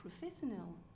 professional